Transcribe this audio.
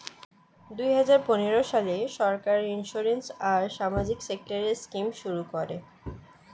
দুই হাজার পনেরো সালে সরকার ইন্সিওরেন্স আর সামাজিক সেক্টরের স্কিম শুরু করে